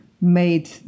made